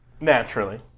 Naturally